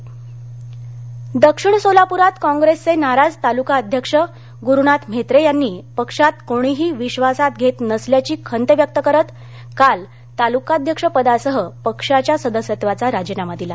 नाराजी सोलापर दक्षिण सोलापूरात काँग्रेसचे नाराज तालुका अध्यक्ष गुरुनाथ म्हेत्रे यांनी पक्षात कोणीही विश्वासात घेत नसल्याची खंत व्यक्त करीत काल तालुकाध्यक्षपदासह पक्षाच्या सदस्यत्वाचा राजीनामा दिला